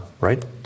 right